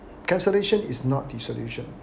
cancellation is not the solution